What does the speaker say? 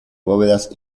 bóvedas